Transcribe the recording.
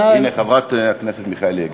הנה, חברת הכנסת מיכאלי הגיעה.